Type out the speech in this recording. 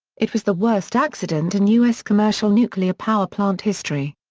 it was the worst accident in u s. commercial nuclear power plant history.